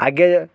ଆଗେ